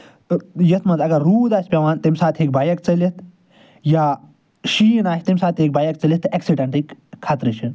تہٕ یَتھ منٛز اگر روٗد آسہِ پٮ۪وان تَمہِ ساتہٕ ہیٚکہِ بایک ژٔلِتھ یا شیٖن آسہِ تَمہِ ساتہٕ تہِ ہیٚکہِ بایک ژٔلِتھ تہٕ اٮ۪کسِڈٮ۪نٛٹٕکۍ خطرٕ چھِ